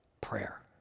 prayer